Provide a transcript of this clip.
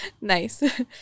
Nice